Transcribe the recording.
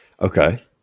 Okay